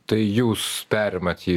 tai jūs perimat jį